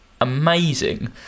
amazing